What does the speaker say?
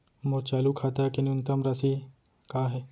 मोर चालू खाता के न्यूनतम राशि का हे?